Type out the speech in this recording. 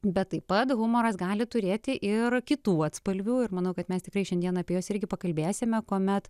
bet taip pat humoras gali turėti ir kitų atspalvių ir manau kad mes tikrai šiandien apie juos irgi pakalbėsime kuomet